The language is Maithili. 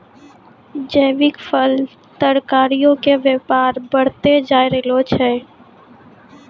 जैविक फल, तरकारीयो के व्यापार बढ़तै जाय रहलो छै